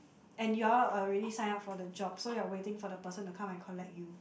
and you all already sign up for the job so you're waiting for the person to come and collect you